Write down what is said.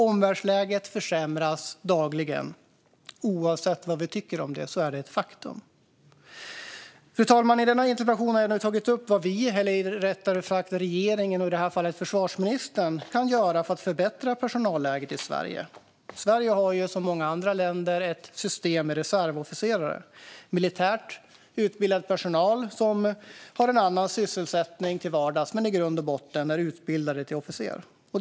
Omvärldsläget försämras dagligen. Oavsett vad vi tycker om det är det ett faktum. Fru talman! I denna interpellation har jag tagit upp vad vi, eller rättare sagt vad regeringen och försvarsministern, kan göra för att förbättra personalläget. Sverige har i likhet med många andra länder ett system med reservofficerare. Det är militär personal som till vardags har en annan sysselsättning men i grund och botten är utbildade till officerare.